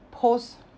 post